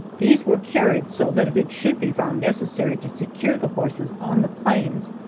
these were carried so that if it should be found necessary to secure the horses on the plains,